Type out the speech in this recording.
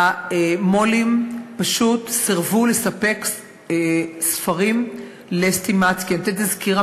המו"לים פשוט סירבו לספק ספרים ל"סטימצקי"; אני נותנת סקירה